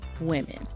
women